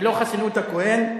ולא חסינות הכהן,